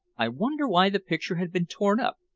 i wonder why the picture had been torn up.